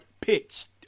pitched